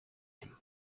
him